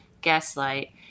Gaslight